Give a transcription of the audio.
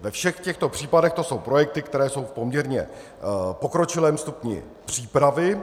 Ve všech těchto případech to jsou projekty, které jsou v poměrně pokročilém stupni přípravy.